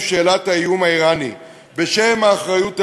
שאלת האיום האיראני בשם האחריות הלאומית.